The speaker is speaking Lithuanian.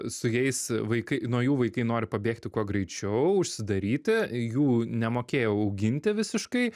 su jais vaikai nuo jų vaikai nori pabėgti kuo greičiau užsidaryti jų nemokėjo auginti visiškai